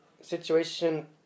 situation